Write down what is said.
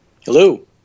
Hello